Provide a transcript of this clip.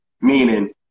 Meaning